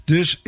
Dus